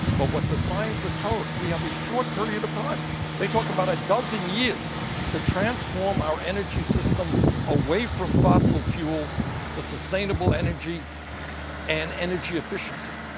but what the scientists tell us, we have a short period of time they talk about a dozen years to transform our energy system away from fossil fuel to sustainable energy and energy efficiency.